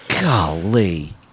Golly